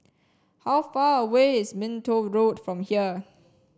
how far away is Minto Road from here